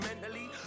mentally